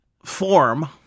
form